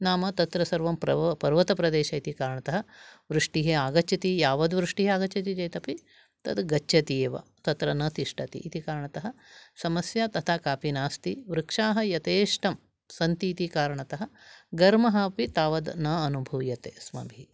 नाम तत्र सर्वं प्रर्व पर्वतप्रदेशम् इति कारणतः वृष्टिः आगच्छति यावत् वृष्टिः आगच्छति चेदपि तत् गच्छति एव तत्र न तिष्ठति इति कारणतः समस्या कापि नास्ति वृक्षाः यथेष्टं सन्ति इति कारणतः घर्मः अपि तावत् न अनुभूयते अस्माभिः